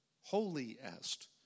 holiest